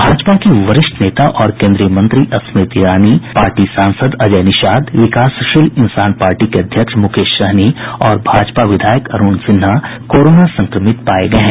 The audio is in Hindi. भाजपा की वरिष्ठ नेता और केन्द्रीय मंत्री स्मृति ईरानी सांसद अजय निषाद विकासशील इंसान पार्टी के अध्यक्ष मुकेश सहनी और भाजपा विधायक अरूण सिन्हा कोरोना संक्रमित पाये गये हैं